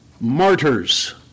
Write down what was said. martyrs